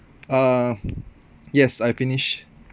uh yes I finish